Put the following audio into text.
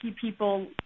people